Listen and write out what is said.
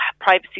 privacy